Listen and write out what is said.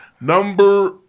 Number